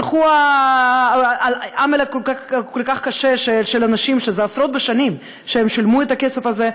הלך עמל כל כך קשה של אנשים שעשרות בשנים שילמו את הכסף הזה,